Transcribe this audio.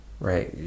right